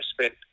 spent